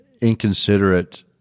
inconsiderate